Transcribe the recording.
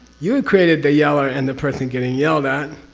you created the yeller and the person getting yelled at.